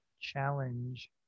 challenge